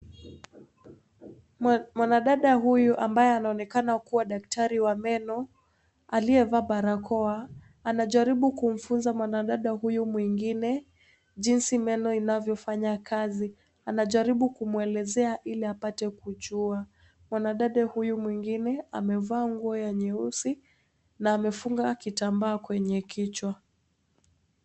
Mwanadada huyu ambaye anaonekana kuwa daktari wa meno aliyevaa barakoa anajaribu kumfunza mwanadada huyu mwingine jinsi meno inayofanya kazi, anajaribu kumwelezea ili apate kujua. Mwanadada huyu mwingine amevaa nguo ya nyeusi na amefunga kitambaa kwenye kichwa